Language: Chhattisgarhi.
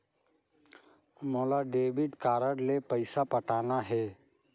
मोला डेबिट कारड ले पइसा पटाना हे?